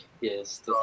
Yes